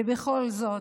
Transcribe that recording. ובכל זאת,